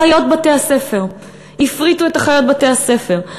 אחיות בתי-הספר, הפריטו את אחיות בתי-הספר.